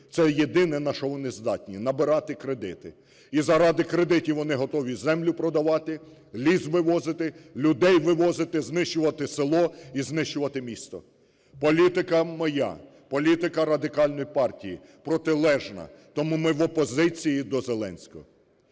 Це єдине, на що вони здатні – набирати кредити. І заради кредитів вони готові землю продавати, ліс вивозити, людей вивозити, знищувати село і знищувати місто. Політика моя, політика Радикальної партії протилежна, тому ми в опозиції до Зеленського.